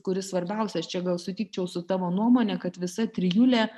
kuris svarbiausias čia gal sutikčiau su tavo nuomone kad visa trijulė